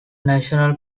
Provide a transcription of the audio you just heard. national